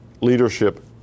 leadership